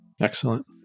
Excellent